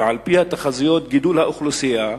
ועל-פי תחזיות גידול האוכלוסייה,